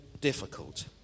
difficult